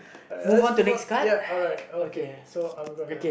let's move on ya alright okay so I'm gonna